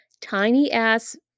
tiny-ass